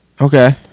Okay